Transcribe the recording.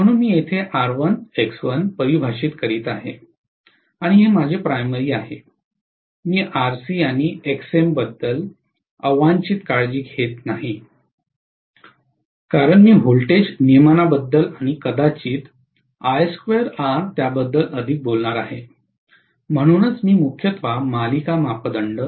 म्हणून मी येथे R1 X1 परिभाषित करीत आहे आणि हे माझे प्राइमरी आहे मी RC आणि XM बद्दल अवांछित काळजी घेत नाही कारण मी व्होल्टेज नियमनाबद्दल आणि कदाचित त्याबद्दल अधिक बोलणार आहे म्हणूनच मी मुख्यत मालिका मापदंड